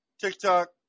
TikTok